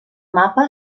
mapa